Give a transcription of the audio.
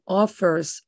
offers